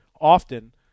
often